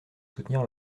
soutenir